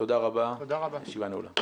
תודה רבה, הישיבה נעולה.